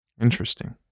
Interesting